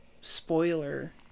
spoiler